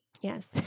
yes